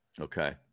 Okay